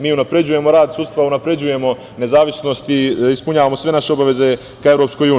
Mi unapređujemo rad sudstva, unapređujemo nezavisnost i ispunjavamo sve naše obaveze ka EU.